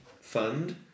Fund